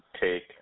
take